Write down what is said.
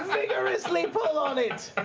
vigorously pull on it!